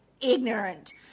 ignorant